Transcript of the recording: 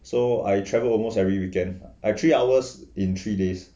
so I travel almost every weekend I three hours in three days